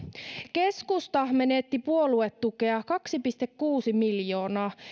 keskusta menetti puoluetukea kaksi pilkku kuusi miljoonaa